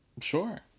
Sure